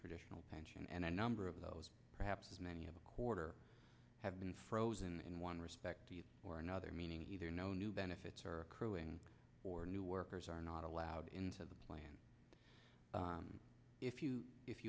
traditional pension and a number of those perhaps as many a quarter have been frozen in one respect or another meaning either no new benefits or crewing or new workers are not allowed into the plan if you if